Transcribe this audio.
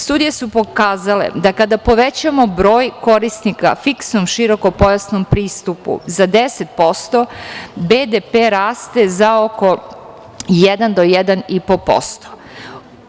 Studije su pokazale da kada povećamo broj korisnika fiksnom širokopojasnom pristupu za 10% BDP raste za oko 1% do 1,5%